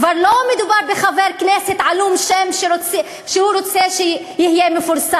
כבר לא מדובר בחבר כנסת עלום שם שרוצה להיות מפורסם.